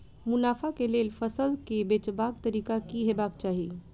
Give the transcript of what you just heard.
मुनाफा केँ लेल फसल केँ बेचबाक तरीका की हेबाक चाहि?